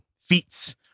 feats